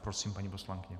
Prosím, paní poslankyně.